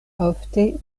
ofte